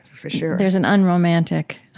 for sure there's an un-romantic